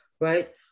right